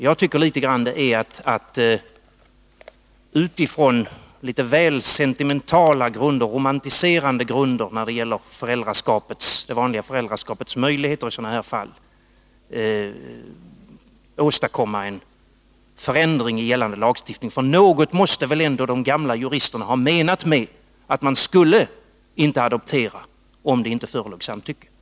Jag tycker att det är på litet väl sentimentala och romantiska grunder när det gäller det vanliga föräldraskapets möjligheter i sådana här fall som man vill åstadkomma en förändring i gällande lagstiftning. Något måste väl ändå de gamla juristerna ha menat med att man inte skulle tillåta adoption om det inte förelåg samtycke av barnet.